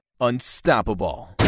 Unstoppable